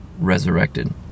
resurrected